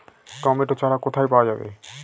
Tomato চারা কোথায় পাওয়া যাবে?